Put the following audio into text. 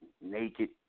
naked